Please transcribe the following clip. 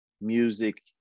music